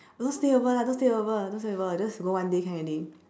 don't stay over lah don't stay over don't stay over just go one day can already